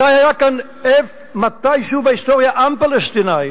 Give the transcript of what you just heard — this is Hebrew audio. מתי היה כאן מתישהו בהיסטוריה עם פלסטיני?